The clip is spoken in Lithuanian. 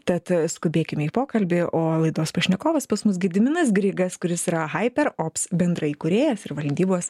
tad skubėkime į pokalbį o laidos pašnekovas pas mus gediminas grigas kuris yra hyperops bendraįkūrėjas ir valdybos